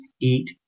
Eat